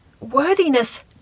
worthiness